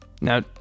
now